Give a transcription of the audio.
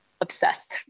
obsessed